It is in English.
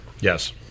Yes